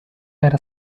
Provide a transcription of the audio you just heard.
era